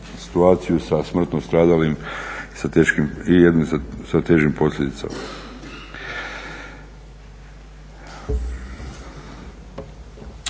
situaciju sa smrtno stradalim i jedno sa težim posljedicama.